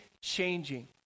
changing